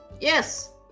Yes